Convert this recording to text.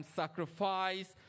sacrifice